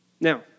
Now